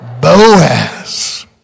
Boaz